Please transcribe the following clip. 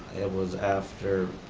it was after,